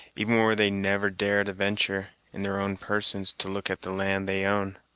even where they never dare to ventur', in their own persons, to look at the land they own.